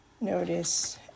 Notice